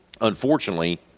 unfortunately